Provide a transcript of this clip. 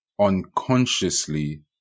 unconsciously